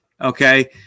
okay